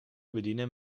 bedienen